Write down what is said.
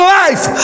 life